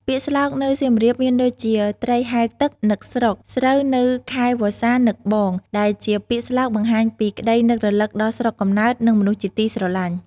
ពាក្យស្លោកនៅសៀមរាបមានដូចជា "ត្រីហែលទឹក នឹកស្រុក ស្រូវនៅខែវស្សា នឹកបង" ដែលជាពាក្យស្លោកបង្ហាញពីក្តីនឹករលឹកដល់ស្រុកកំណើត និងមនុស្សជាទីស្រលាញ់។